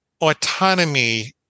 autonomy